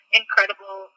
incredible